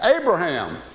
Abraham